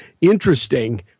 interesting